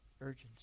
urgency